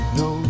no